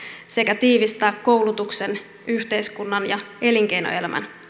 sekä tiivistää koulutuksen yhteiskunnan ja elinkeinoelämän